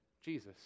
Jesus